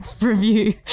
review